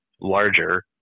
larger